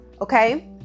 okay